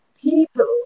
people